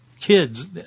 kids